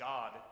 God